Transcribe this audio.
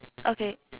okay